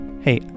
Hey